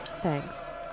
Thanks